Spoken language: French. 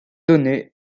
donnée